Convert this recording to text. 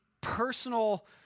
personal